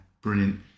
brilliant